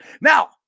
now